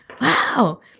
wow